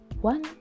one